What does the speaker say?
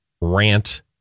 rant